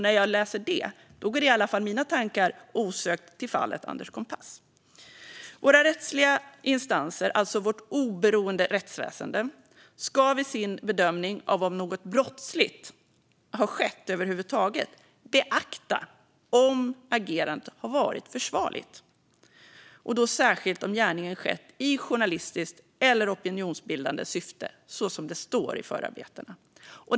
När jag läser det går i alla fall mina tankar osökt till fallet Anders Kompass. Våra rättsliga instanser, alltså vårt oberoende rättsväsen, ska vid sin bedömning av om något brottsligt över huvud taget har skett beakta om agerandet varit försvarligt och då särskilt om gärningen skett i journalistiskt eller opinionsbildande syfte, som det står i förarbetena.